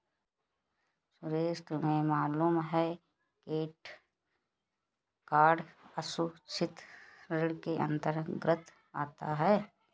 सुरेश तुम्हें मालूम है क्रेडिट कार्ड असुरक्षित ऋण के अंतर्गत आता है